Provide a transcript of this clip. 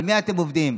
על מי אתם עובדים?